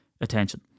attention